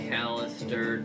Callister